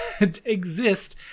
exist